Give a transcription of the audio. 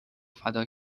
فدا